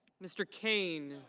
mr. kane.